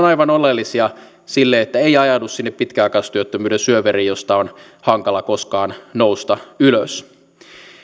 aivan oleellisia siinä että ei ajaudu sinne pitkäaikaistyöttömyyden syövereihin joista on hankala koskaan nousta ylös